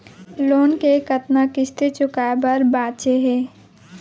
Loan के कतना किस्ती चुकाए बर बांचे हे?